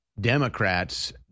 Democrats